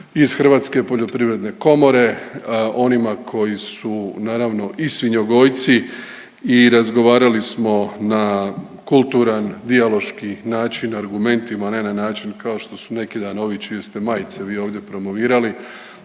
iz Hrvatske poljoprivredne komore, onima koji su naravno i svinjogojci i razgovarali smo na kulturan dijaloški način argumentima, a ne na način kao što su neki dan ovi čije ste majice vi ovdje promovirali